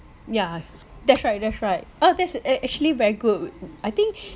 yeah that's right that's right ah there's ac~ actually very good I think